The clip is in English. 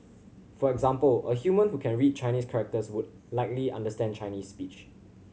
for example a human who can read Chinese characters would likely understand Chinese speech